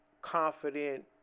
Confident